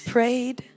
Prayed